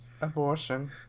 abortion